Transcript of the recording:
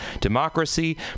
democracy